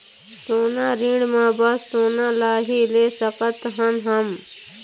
सोना ऋण मा बस सोना ला ही ले सकत हन हम?